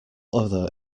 other